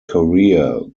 career